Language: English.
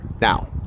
now